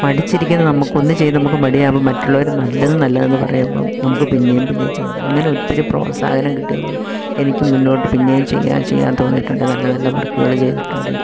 മടിച്ചിരിക്കുന്ന നമുക്കൊന്നു ചെയ്ത് നമുക്ക് മടി ആകുമ്പം മറ്റുള്ളവർ നല്ലത് നല്ലതെന്നു പറയുമ്പം നമുക്ക് പിന്നെയും പിന്നെയും ചെയ്യുന്നത് അങ്ങനെ ഒത്തിരി പ്രോത്സാഹനം കിട്ടിയതു പോലെ എനിക്ക് മുന്നോട്ടു പിന്നെയും ചെയ്യാൻ ചെയ്യാൻ തോന്നിയിട്ടുണ്ട് നല്ല നല്ല വർക്കുകൾ ചെയ്തിട്ടുണ്ട്